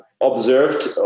observed